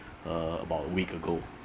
uh about a week ago